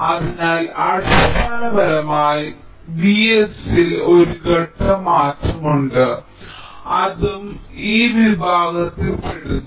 അതിനാൽ അടിസ്ഥാനപരമായി Vs ൽ ഒരു ഘട്ടം മാറ്റമുണ്ട് അതും ഈ വിഭാഗത്തിൽ പെടുന്നു